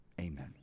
Amen